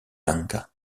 incas